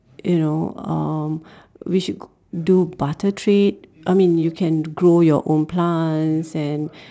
you know um we should do barter trade I mean you can grow your own plants and